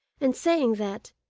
and saying that,